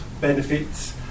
benefits